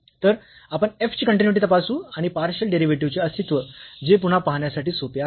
तर आपण f ची कन्टीन्यूईटी तपासू आणि पार्शियल डेरिव्हेटिव्ह चे अस्तित्व जे पुन्हा पाहण्यासाठी सोपे आहे